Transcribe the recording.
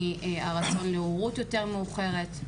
מהרצון להורות יותר מאוחרת,